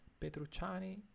Petrucciani